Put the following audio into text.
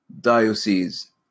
diocese